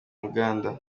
muganda